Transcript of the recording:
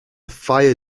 fire